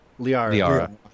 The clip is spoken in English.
Liara